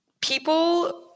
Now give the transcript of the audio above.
people